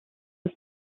was